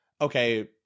okay